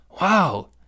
Wow